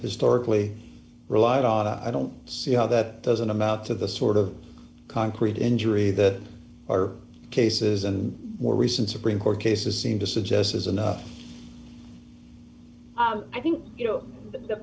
historically relied on i don't see how that doesn't amount to the sort of concrete injury that our cases and more recent supreme court cases seem to suggest is enough i think you know the